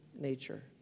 nature